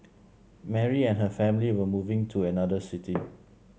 Mary and her family were moving to another city